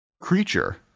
creature